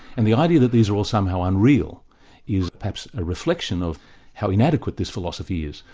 and the idea that these are all somehow unreal is perhaps a reflection of how inadequate this philosophy is,